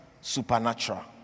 supernatural